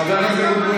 חבר הכנסת אבוטבול,